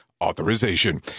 authorization